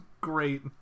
Great